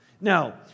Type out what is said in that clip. Now